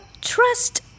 trust